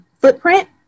footprint